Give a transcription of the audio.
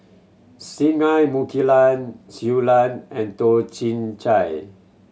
Singai Mukilan Shui Lan and Toh Chin Chye